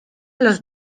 los